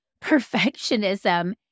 perfectionism